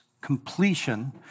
completion